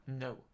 No